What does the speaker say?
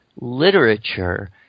literature